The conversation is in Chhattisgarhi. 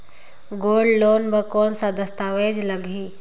गोल्ड लोन बर कौन का दस्तावेज लगही?